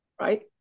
Right